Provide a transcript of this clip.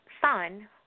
son